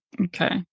Okay